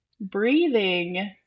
breathing